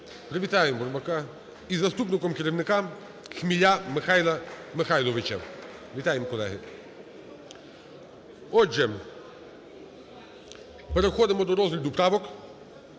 Привітаємо Бурбака. І заступником керівника - Хміля Михайла Михайловича. Вітаємо, колеги. Отже, переходимо до розгляду правок.